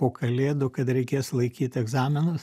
po kalėdų kad reikės laikyt egzaminus